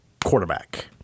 quarterback